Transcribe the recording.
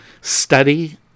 study